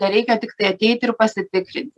tereikia tiktai ateit ir pasitikrint